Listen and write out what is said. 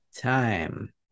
time